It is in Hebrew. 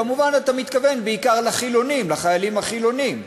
כמובן, אתה מתכוון בעיקר לחיילים החילונים.